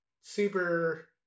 super